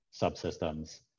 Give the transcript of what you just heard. subsystems